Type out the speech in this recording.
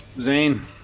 Zane